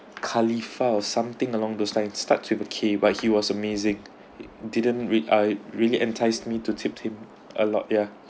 khalifa or something along those line starts with a K but he was amazing he didn't rea~ I really entice me to tipped him a lot ya